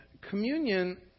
communion